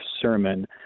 sermon